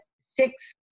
Six